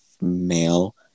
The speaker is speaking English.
Male